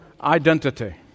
identity